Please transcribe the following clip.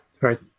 right